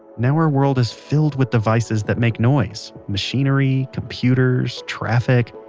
now our world is filled with devices that make noise machinery, computers, traffic.